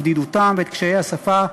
את בדידותם ואת קשיי השפה,